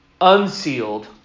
unsealed